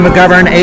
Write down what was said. McGovern